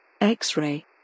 X-Ray